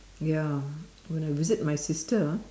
ya when I visit my sister ah